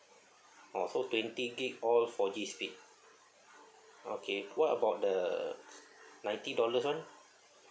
oh so twenty gig all four G speed okay what about the ninety dollars [one]